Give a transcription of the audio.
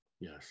yes